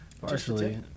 Partially